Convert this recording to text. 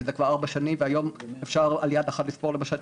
כי זה כבר ארבע שנים והיום אפשר על יד אחת לספוק למשל את